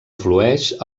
flueix